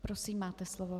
Prosím, máte slovo.